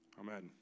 Amen